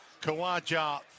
Kawaja